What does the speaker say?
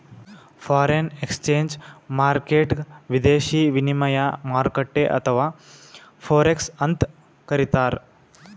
foreign exchange ಮಾರ್ಕೆಟ್ಗ್ ವಿದೇಶಿ ವಿನಿಮಯ ಮಾರುಕಟ್ಟೆ ಅಥವಾ ಫೋರೆಕ್ಸ್ ಅಂತ್ ಕರಿತಾರ್